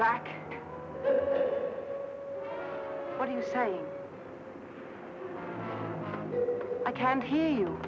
back what do you say i can't hear you